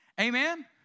Amen